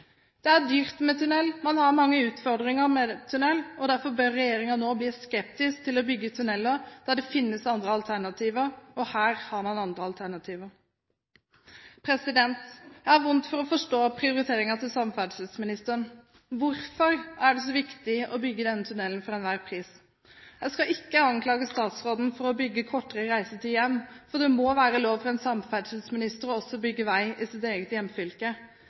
Det er dyrt med tunneler. Man har mange utfordringer med tunneler. Derfor bør regjeringen bli skeptisk til å bygge tunneler der det finnes andre alternativer, og her har man andre alternativer. Jeg har vondt for å forstå prioriteringen til samferdselsministeren. Hvorfor er det så viktig å bygge denne tunnelen for enhver pris? Jeg skal ikke anklage statsråden for å bygge seg kortere reisetid hjem, for det må være lov for en samferdselsminister å bygge vei i sitt eget hjemfylke.